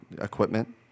equipment